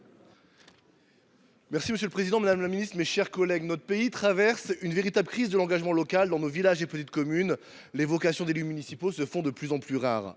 Monsieur le président, madame la ministre, mes chers collègues, notre pays traverse une véritable crise de l’engagement local. Dans nos villages et nos petites communes, les vocations d’élu municipal se font de plus en plus rares.